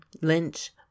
Lynch